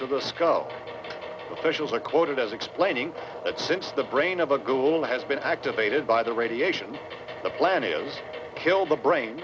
to the sco officials are quoted as explaining that since the brain of a goal has been activated by the radiation the plenty of kill the brain